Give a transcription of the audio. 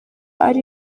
ari